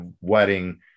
wedding